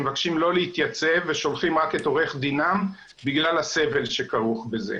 מבקשים לא להתייצב ושולחים רק את עורך דינם בגלל הסבל שכרוך בזה.